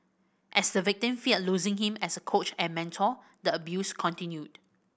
as the victim feared losing him as a coach and mentor the abuse continued